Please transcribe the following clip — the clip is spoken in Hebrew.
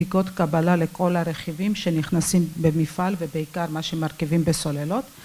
בדיקות קבלה לכל הרכיבים שנכנסים במפעל ובעיקר מה שמרכיבים בסוללות.